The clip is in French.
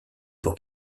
pour